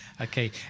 Okay